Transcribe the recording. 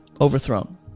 overthrown